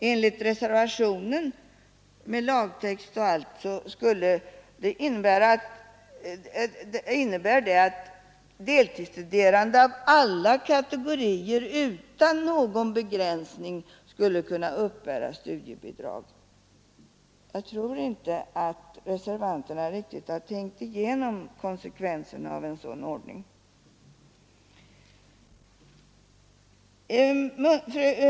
Enligt reservationen, som t.o.m. är försedd med lagtext, skulle deltidsstuderande av alla kategorier utan någon begränsning kunna uppbära studiebidrag. Jag tror inte att reservanterna riktigt har tänkt igenom konsekvenserna av en sådan ordning.